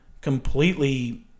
completely